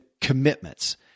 commitments